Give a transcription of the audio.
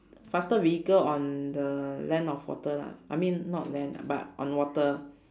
faster vehicle on the land of water lah I mean not land uh but on water